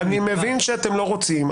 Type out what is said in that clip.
אני מבין שאתם לא רוצים.